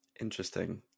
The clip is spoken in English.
Interesting